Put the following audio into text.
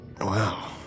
Wow